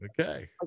okay